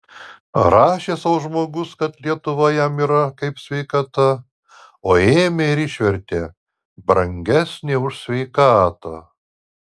rašė sau žmogus kad lietuva jam yra kaip sveikata o ėmė ir išvertė brangesnė už sveikatą